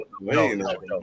no